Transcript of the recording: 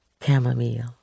Chamomile